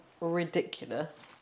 ridiculous